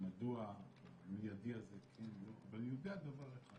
מדוע המיידי הזה כן או לא, אבל אני יודע דבר אחד